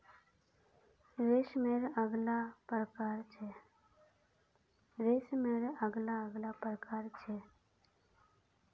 रेशमेर अलग अलग प्रकार छ